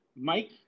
Mike